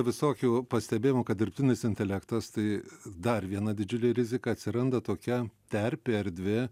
visokių pastebėjimų kad dirbtinis intelektas tai dar viena didžiulė rizika atsiranda tokia terpė erdvė